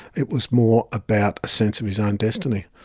it was more about a sense of his own destiny.